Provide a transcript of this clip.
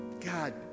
God